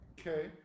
Okay